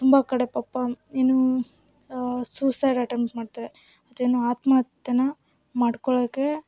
ತುಂಬ ಕಡೆ ಪಾಪ ಏನು ಸೂಸೈಡ್ ಅಟೆಂಪ್ಟ್ ಮಾಡ್ತಾರೆ ಅದೇನೋ ಆತ್ಮಹತ್ಯೆನ ಮಾಡ್ಕೊಳ್ಳೋಕ್ಕೆ